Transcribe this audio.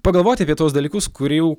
pagalvoti apie tuos dalykus kurių